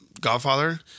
Godfather